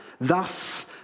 Thus